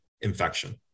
infection